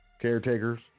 caretakers